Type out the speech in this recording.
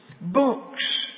books